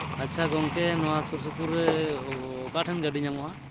ᱟᱪᱪᱷᱟ ᱜᱚᱢᱠᱮ ᱱᱚᱣᱟ ᱥᱩᱨ ᱥᱩᱯᱩᱨ ᱨᱮ ᱚᱠᱟ ᱴᱷᱮᱱ ᱜᱟᱹᱰᱤ ᱧᱟᱢᱚᱜᱼᱟ